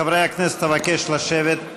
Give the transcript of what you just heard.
חברי הכנסת, אבקש לשבת.